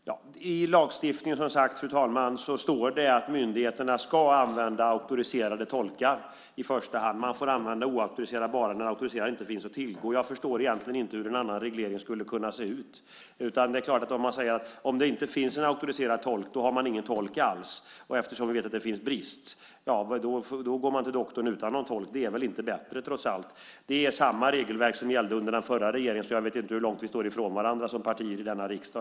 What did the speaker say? Fru talman! I lagstiftningen står det, som sagt, att myndigheterna i första hand ska använda auktoriserade tolkar. Man får använda oauktoriserade bara när auktoriserade inte finns att tillgå. Jag förstår egentligen inte hur en annan reglering skulle kunna se ut. Det är klart att man om det sägs att det inte finns en auktoriserad tolk inte har någon tolk alls. Vi vet ju att det är brist på tolkar. Då går man till doktorn utan tolk. Det är väl trots allt inte bättre. Det är samma regelverk som det som gällde under den förra regeringen, så jag vet inte hur långt vi som partier i denna riksdag står från varandra.